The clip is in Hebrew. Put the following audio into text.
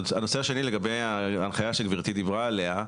הנושא השני לגבי ההנחיה שגברתי דיברה עליה.